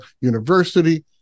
University